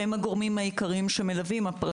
שהם הגורמים העיקריים שמלווים.